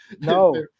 No